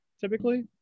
typically